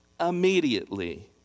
Immediately